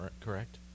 Correct